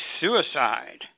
suicide